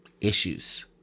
issues